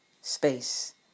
space